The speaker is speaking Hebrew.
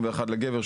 81 לגבר,